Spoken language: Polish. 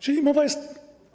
Czyli mowa jest.